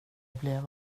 blev